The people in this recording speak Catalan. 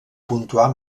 puntuar